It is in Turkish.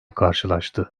karşılaştı